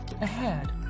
ahead